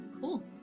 cool